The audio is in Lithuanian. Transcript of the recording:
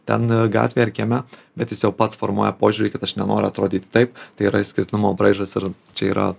ten gatvėje ar kieme bet tiesiog pats formuoja požiūrį kad aš nenoriu atrodyti taip tai yra išskirtinumo braižas ir čia yra